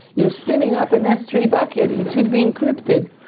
you're spinning up an s three bucket. it should be encrypted.